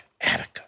Attica